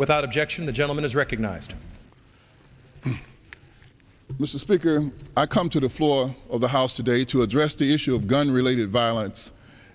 without objection the gentleman is recognized mr speaker i come to the of the house today to address the issue of gun related violence